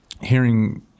hearing